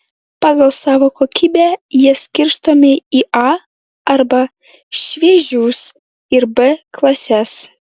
pagal savo kokybę jie skirstomi į a arba šviežius ir b klases